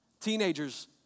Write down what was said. teenagers